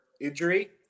injury